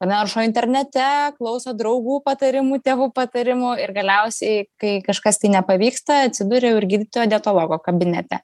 naršo internete klauso draugų patarimų tėvų patarimų ir galiausiai kai kažkas tai nepavyksta atsiduria jau ir gydytojo dietologo kabinete